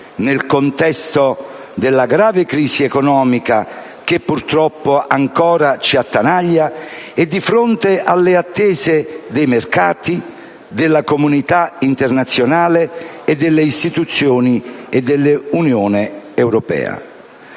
nel contesto della grave crisi economica che purtroppo ancora ci attanaglia e di fronte alle attese dei mercati, della comunità internazionale e delle istituzioni dell'Unione europea.